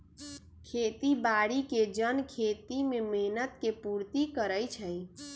खेती बाड़ी के जन खेती में मेहनत के पूर्ति करइ छइ